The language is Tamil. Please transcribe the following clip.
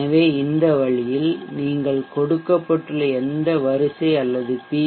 எனவே இந்த வழியில் நீங்கள் கொடுக்கப்பட்டுள்ள எந்த வரிசை அல்லது பி